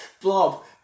Blob